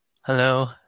Hello